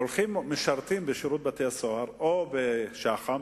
שמשרתים בשירות בתי-הסוהר או בשח"ם,